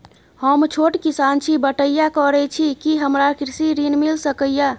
हम छोट किसान छी, बटईया करे छी कि हमरा कृषि ऋण मिल सके या?